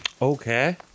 Okay